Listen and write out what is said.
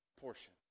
portion